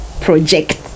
project